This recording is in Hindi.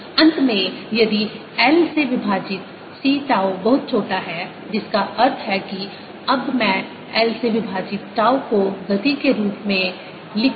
अंत में यदि l से विभाजित C टाउ बहुत छोटा है जिसका अर्थ है कि अब मैं l से विभाजित टाउ को गति के रूप में l लिखूं